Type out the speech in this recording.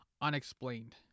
unexplained